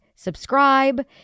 subscribe